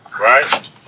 Right